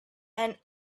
and